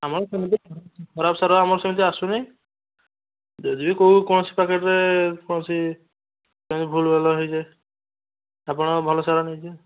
ଆମର ସେମିତି ଖରାପ ସାର ଆମର ସେମିତି ଆସୁନାହିଁ ଯଦି ବି କୋଉ କୌଣସି ପ୍ୟାକେଟ୍ରେ କୌଣସି କେମିତି ଭୁଲ୍ ଭାଲ୍ ହେଇଯାଏ ଆପଣ ଭଲ ସାର ନେଇଯିବେ